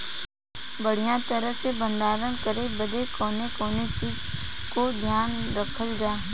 बढ़ियां तरह से भण्डारण करे बदे कवने कवने चीज़ को ध्यान रखल जा?